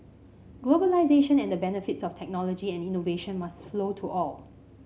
globalisation and the benefits of technology and innovation must flow to all